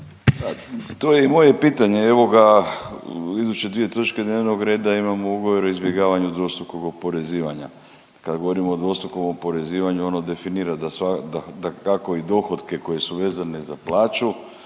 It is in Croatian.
To je i moje pitanje. Evo ga, iduće dvije točke dnevnog reda imamo ugovor o izbjegavanju dvostrukog oporezivanja. Kad govorimo o dvostrukom oporezivanju ono definira da sva…, da dakako i dohotke koji su vezani za plaće